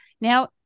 now